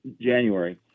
January